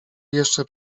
jeszcze